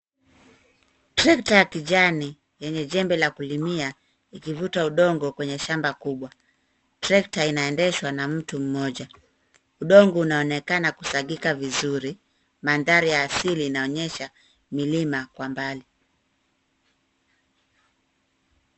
Trekta ya kijani yenye jembe ya kulimia ikivuta udongo kwenye shamba kubwa. Trekta inaendeshwa na mtu mmoja. Udongo unaonekana kusagika vizuri. Mandhari ya asili inaonyesha milima kwa mbali.